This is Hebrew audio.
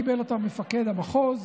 קיבלו אותה מפקד המחוז